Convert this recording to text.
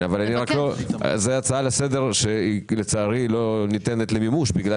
זאת הצעה לסדר שלצערי לא ניתנת למימוש.